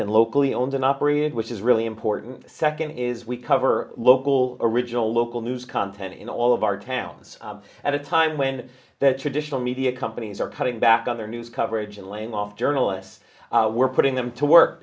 and locally owned and operated which is really important second is we cover local original local news content in all of our towns at a time when that traditional media companies are cutting back other news coverage and laying off journalists we're putting them to work